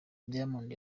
diamond